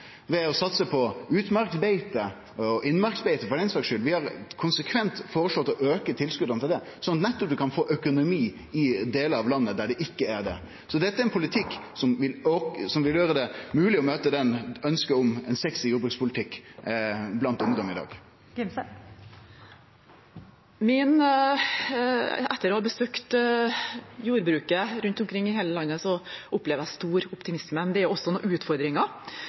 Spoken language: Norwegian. ved å satse på utmarksbeite og innmarksbeite for den saks skyld. Vi har konsekvent føreslått å auke tilskota til det, slik at vi kan få økonomi i delar av landet der det ikkje er det. Dette er ein politikk som vil gjere det mogleg å møte ønsket om ein sexy jordbrukspolitikk blant ungdom i dag. Etter å ha besøkt jordbruket rundt omkring i hele landet opplever jeg stor optimisme, men det er også noen utfordringer.